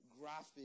graphic